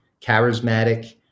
charismatic